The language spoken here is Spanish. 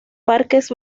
parques